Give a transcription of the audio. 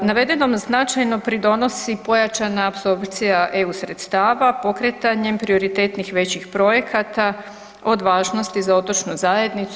Navedenom značajno pridonosi pojačana apsorpcija EU sredstava pokretanjem prioritetnih većih projekata od važnosti za otočnu zajednicu.